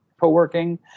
co-working